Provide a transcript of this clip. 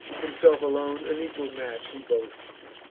himself alone an equal match he boasts,